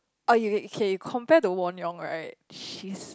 oh you you okay you compare to Won-Young right she's